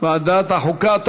ועדת החוקה?